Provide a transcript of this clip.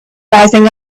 rising